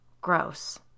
Gross